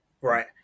Right